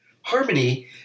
Harmony